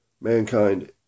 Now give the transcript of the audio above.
Mankind